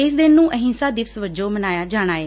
ਇਸ ਦਿਨ ਨੂੰ ਅਹਿੰਸਾ ਦਿਵਸ ਵਜੋਂ ਮਨਾਇਆ ਜਾਣਾ ਏ